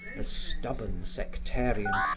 a stubborn sectarian,